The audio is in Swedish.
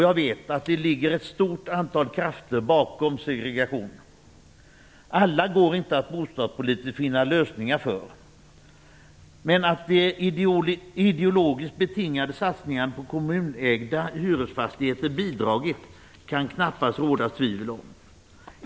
Jag vet att det ligger ett stort antal krafter bakom segregationen, och det går inte att finna en bostadspolitisk lösning för alla dessa. Men att den ideologiskt betingade satsningen på kommunägda hyresfastigheter bidragit till segregationen kan det knappast råda tvivel om.